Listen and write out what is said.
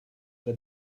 that